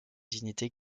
dignité